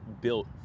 built